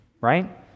right